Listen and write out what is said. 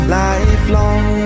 lifelong